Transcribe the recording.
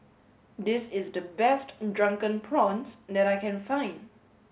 this is the best drunken prawns that I can find